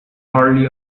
hardly